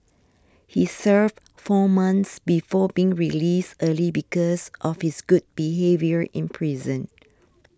he served four months before being released early because of his good behaviour in prison